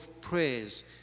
prayers